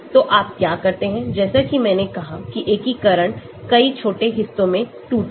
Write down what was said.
तो आप क्या करते हैं जैसा कि मैंने कहा कि एकीकरण कई छोटे हिस्से में टूटेगा